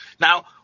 now